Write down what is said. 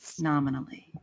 Nominally